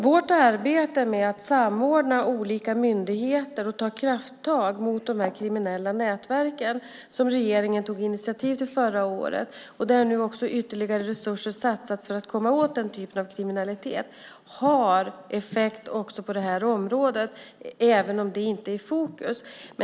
Det arbete med att samordna olika myndigheter och ta krafttag mot de här kriminella nätverken som regeringen tog initiativ till förra året, och där nu också ytterligare resurser satsas för att komma åt den typen av kriminalitet, har effekt också på det här området även om det inte är i fokus.